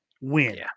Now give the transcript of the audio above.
win